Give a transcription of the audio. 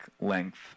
length